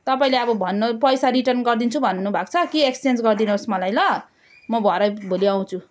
तपाईँले अब भन्नु पैसा रिटर्न गरिदिन्छु भन्नु भएको छ कि एक्सचेन्ज गरी दिनुहोस् मलाई ल म भरे भोलि आउँछु